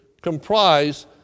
comprise